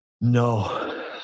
No